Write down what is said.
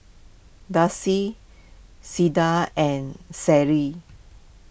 Darcy Cleda and Sadye